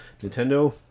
Nintendo